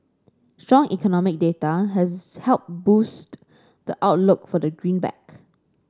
strong economic data has helped boost the outlook for the green back